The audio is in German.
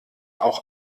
auch